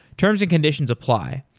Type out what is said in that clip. terms and conditions apply.